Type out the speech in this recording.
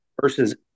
versus